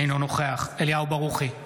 אינו נוכח אליהו ברוכי,